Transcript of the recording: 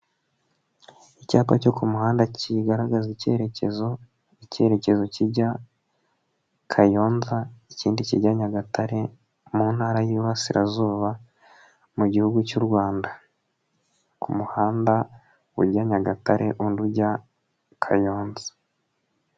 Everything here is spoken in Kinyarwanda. Icyapa cyo ku muhanda kigaragaza ikerekezo. Ikerekezo kijya Kayonza ikindi kijya Nyagatare mu ntara y'Iburasirazuba mu gihugu cy'u Rwanda. Ku muhanda ujya Nyagatare undi ujya Kayonza.